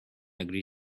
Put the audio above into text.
agree